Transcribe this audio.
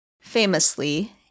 Famously